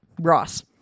Ross